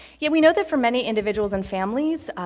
yet we know that for many individuals and families,